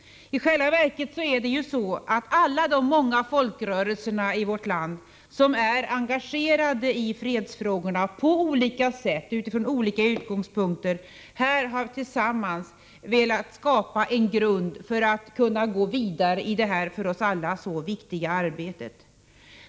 I själva verket är det ju så att alla de många folkrörelser i vårt land som är engagerade i fredsfrågorna, på olika sätt och utifrån olika utgångspunkter, här tillsammans har velat skapa en grund för att kunna gå vidare i detta för oss alla så viktiga arbete.